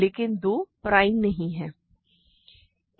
लेकिन 2 प्राइम नहीं है